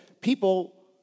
people